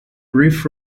brief